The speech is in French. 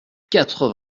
quatre